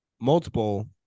multiple